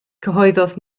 cyhoeddodd